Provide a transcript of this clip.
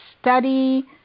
study